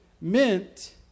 meant